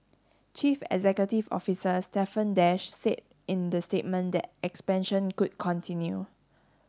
chief executive officer Stephen Dash said in the statement that expansion could continue